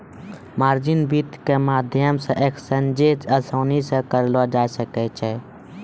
margin वित्त के माध्यमो से एक्सचेंजो असानी से करलो जाय सकै छै